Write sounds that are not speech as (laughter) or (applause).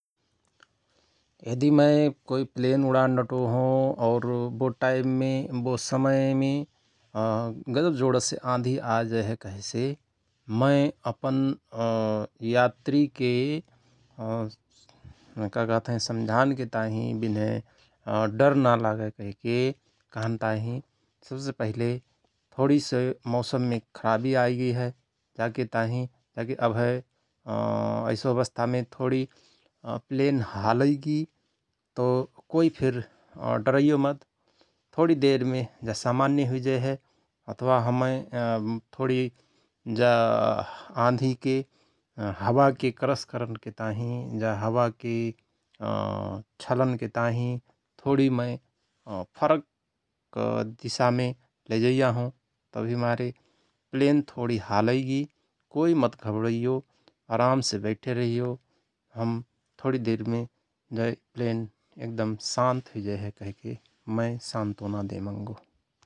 यदि मय कोई प्लेन उडान डटो हओं और बो टाईममे बो समयमे (hesitation) गजवजोणस आँधी आजयहय कहेसे मय अपन (hesitation) यात्रिके अ का कहतहयंकि समझानके ताहिँ विनय डर ना लागय कहिके कहन ताहि सवसे पहिले थोणिसो मौसममे खरावी आईगईहय । जाके ताहि जाके अभय (hesitation) ऐसो अवस्थामे थोणि प्लेन हालैगि तओ कोईफिर डरैयो मत थोणी देरमे जा सामान्य हुईजयहय । अथवा हमय थोणी जा आँधिके हवाके क्रस करनके ताहिँ जा हवाके (hesitation) छलनके ताहिँ थोणी मय फरक दिसामे लैजैया हओं तहि मारे प्लेन थोरी हालैगि कोई मत घवणैयो आरामसे बैठे रहियो हम थोरी देरमे जा प्लेन एकदम शान्त हुईजयहय । कहिके मय सान्त्वना देमंगो ।